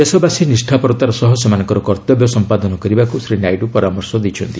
ଦେଶବାସୀ ନିଷ୍ଠାପରତାର ସହ ସେମାନଙ୍କର କର୍ତ୍ତବ୍ୟ ସମ୍ପାଦନ କରିବାକୁ ଶ୍ରୀ ନାଇଡୁ ପରାମର୍ଶ ଦେଇଛନ୍ତି